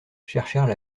cherchèrent